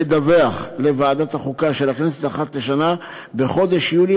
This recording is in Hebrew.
לדווח לוועדת החוקה של הכנסת אחת לשנה בחודש יולי